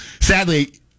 sadly